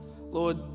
Lord